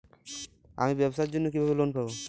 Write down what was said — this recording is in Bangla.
আমি ব্যবসার জন্য কিভাবে লোন পাব?